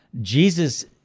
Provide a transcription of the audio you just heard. jesus